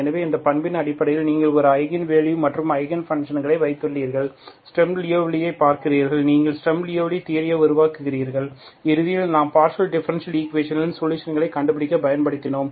எனவே இந்த பண்பின் அடிப்படையில் நீங்கள் ஒரு ஐகன் வேல்யூ மற்றும் ஐகன் பன்ஷண்களை வைத்துள்ளீர்கள் ஸ்டர்ம் லியவ்லி ஐ பார்க்கிறீர்கள் நீங்கள் ஸ்டர்ம் லியவ்லி தியரியை உருவாக்கியுள்ளீர்கள் இறுதியில் நாம் பார்ஷியல் டிஃபரண்ஷியல் ஈக்குவேஷன்களின் சொலுஷன்களைக் கண்டுபிடிக்கப் பயன்படுத்தினோம்